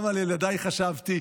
גם על ילדיי חשבתי.